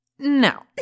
No